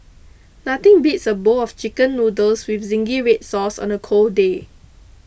nothing beats a bowl of Chicken Noodles with Zingy Red Sauce on a cold day